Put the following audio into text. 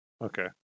Okay